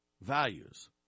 Values